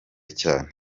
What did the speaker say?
cyane